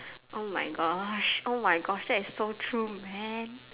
oh my gosh oh my gosh that is so true man